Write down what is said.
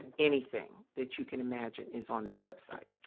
and anything that you can imagine is on that website.